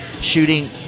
shooting